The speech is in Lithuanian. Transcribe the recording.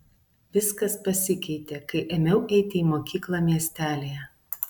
viskas pasikeitė kai ėmiau eiti į mokyklą miestelyje